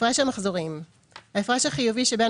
"הפרש המחזורים" ההפרש החיובי שבין